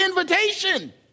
invitation